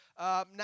Now